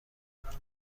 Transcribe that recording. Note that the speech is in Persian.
میکند